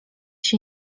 się